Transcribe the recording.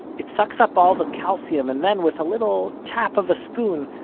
it sucks up all the calcium, and then, with a little tap of a spoon,